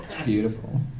Beautiful